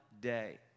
day